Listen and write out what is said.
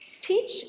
teach